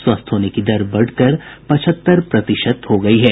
स्वस्थ होने की दर बढ़कर पचहत्तर प्रतिशत हो गयी है